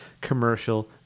commercial